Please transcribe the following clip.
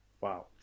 Wow